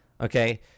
Okay